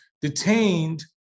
detained